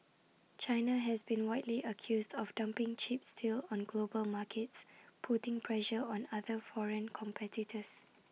China has been widely accused of dumping cheap steel on global markets putting pressure on other foreign competitors